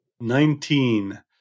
Nineteen